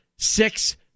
Six